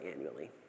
annually